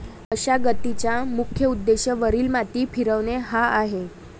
मशागतीचा मुख्य उद्देश वरील माती फिरवणे हा आहे